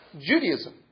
Judaism